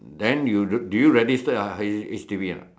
then you do you register your H_D_B or not